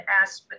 ask